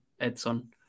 edson